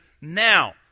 now